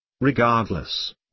Regardless